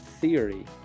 theory